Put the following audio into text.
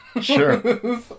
sure